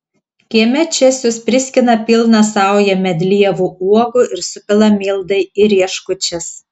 kieme česius priskina pilną saują medlievų uogų ir supila mildai į rieškučias